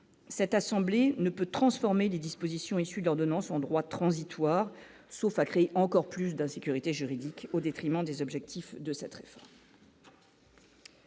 cette assemblée ne peut transformer les dispositions issues d'ordonnance endroit transitoire, sauf à créer encore plus d'insécurité juridique au détriment des objectifs de sa très.